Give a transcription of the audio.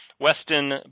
Weston